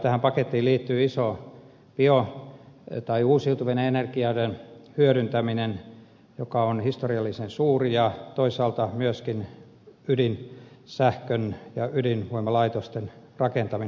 tähän pakettiin liittyy uusiutuvien energioiden hyödyntäminen joka on historiallisen suurta ja toisaalta myöskin ydinsähkön ja ydinvoimalaitosten rakentaminen